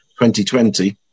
2020